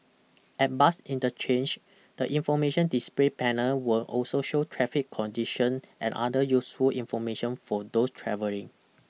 at bus interchange the information display panel will also show traffic condition and other useful information for those travelling